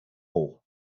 hoch